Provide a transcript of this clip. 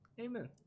Amen